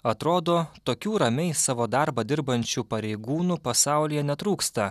atrodo tokių ramiai savo darbą dirbančių pareigūnų pasaulyje netrūksta